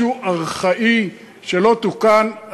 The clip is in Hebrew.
משהו ארכאי, שלא תוקן.